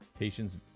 Patients